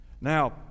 Now